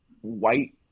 white